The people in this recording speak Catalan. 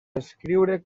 escriure